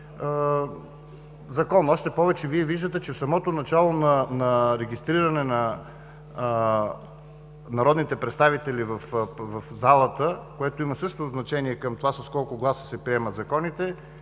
закон. Още повече виждате, че в самото начало на регистриране на народните представители в залата, което също има значение към това с колко гласа са приемат законите,